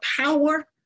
power